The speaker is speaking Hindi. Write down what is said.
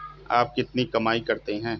आप कितनी कमाई करते हैं?